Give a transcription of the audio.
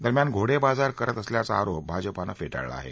दरम्यानं घोडेबाजार करत असल्याचा आरोप भाजपानं फेटाळला आहे